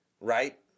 right